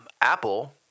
Apple